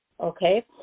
okay